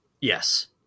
Yes